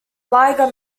liga